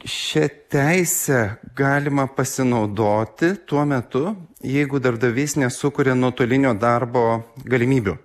šia teise galima pasinaudoti tuo metu jeigu darbdavys nesukuria nuotolinio darbo galimybių